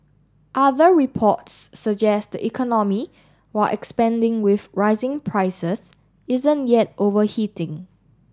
other reports suggest the economy while expanding with rising prices isn't yet overheating